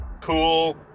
cool